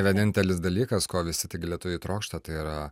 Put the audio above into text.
vienintelis dalykas ko visi tikri lietuviai trokšta tai yra